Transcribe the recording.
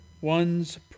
ones